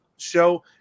Show